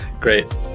Great